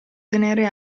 tenere